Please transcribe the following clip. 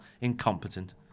incompetent